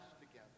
together